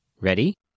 Ready